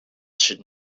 should